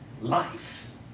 life